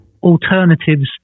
alternatives